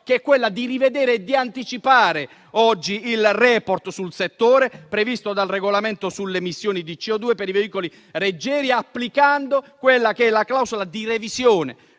che è quella di rivedere e anticipare il *report* sul settore previsto dal regolamento sulle emissioni di CO2 per i veicoli leggeri, applicando la clausola di revisione